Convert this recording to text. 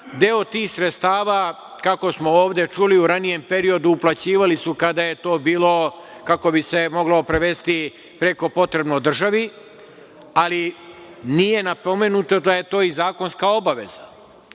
Deo tih sredstava, kako smo ovde čuli u ranijem periodu, uplaćivali su kada je to bilo, kako bi se moglo prevesti, preko potrebno državi, ali nije napomenuto da je to i zakonska obaveza.